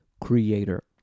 Creator